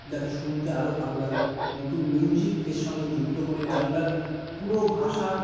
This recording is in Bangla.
যাতে শুনতে আরও ভালো লাগে নতুন মিউজিক এর সঙ্গে যুক্ত করে গানটার পুরো ভাষা